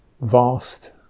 vast